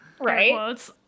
Right